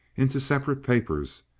into separate papers,